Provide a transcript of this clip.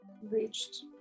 reached